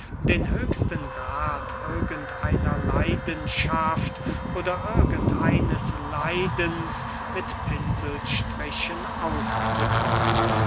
den höchsten grad irgend einer leidenschaft oder irgend eines leidens mit pinselstrichen auszudrücken